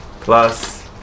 plus